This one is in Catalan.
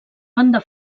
banda